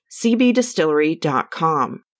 cbdistillery.com